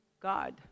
God